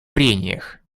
прениях